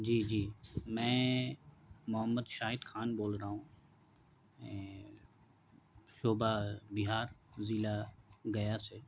جی جی میں محمد شاہد خان بول رہا ہوں شعبہ بہار ضلع گیا سے